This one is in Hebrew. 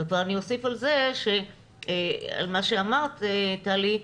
אני אוסיף על דבריך, טלי.